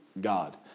God